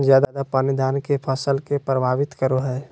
ज्यादा पानी धान के फसल के परभावित करो है?